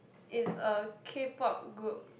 it's a K-pop good